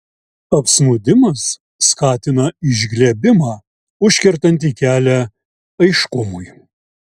apsnūdimas skatina išglebimą užkertantį kelią aiškumui